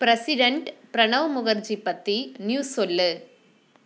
president Pranab Mukherjee பற்றி news சொல்